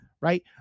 Right